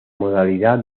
modalidad